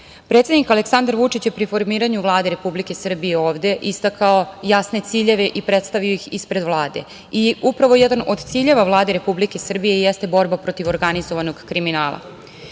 miljeom. Predsednik Aleksandar Vučić je pri formiranju Vlade Republike Srbije ovde istakao jasne ciljeve i predstavio ih ispred Vlade. Upravo jedan od ciljeva Vlade Republike Srbije jeste borba protiv organizovanog kriminala.